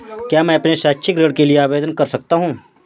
क्या मैं अपने शैक्षिक ऋण के लिए आवेदन कर सकता हूँ?